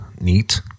neat